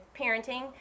parenting